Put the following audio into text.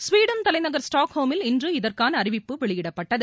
Sweden தலைநகர் ஸ்டாக்ஹோமில் இன்று இதற்கான அறிவிப்பு வெளியிடப்பட்டது